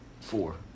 Four